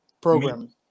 program